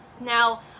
Now